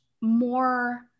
more